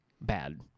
bad